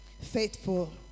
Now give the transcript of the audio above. faithful